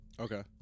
Okay